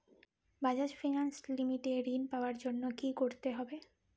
Bajaj Finance Limited এ ঋন পাওয়ার জন্য কি করতে হবে?